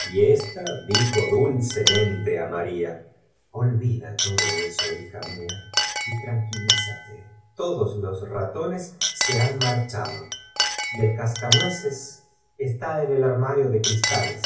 y ésta dijo dulcemen te á maria ol vida todo eso bija mía y tranquilizate todos los raton es se bao marchado y el cascanueces está en el arm ario de cristales